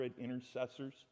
intercessors